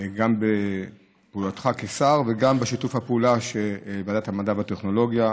גם בפעולתך כשר וגם בשיתוף הפעולה עם ועדת המדע והטכנולוגיה.